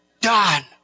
done